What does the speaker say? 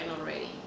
already